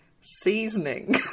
seasoning